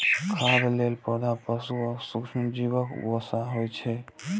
खाद्य तेल पौधा, पशु आ सूक्ष्मजीवक वसा होइ छै